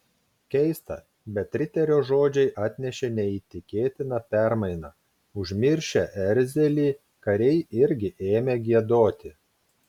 keista bet riterio žodžiai atnešė neįtikėtiną permainą užmiršę erzelį kariai irgi ėmė giedoti